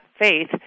faith